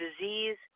disease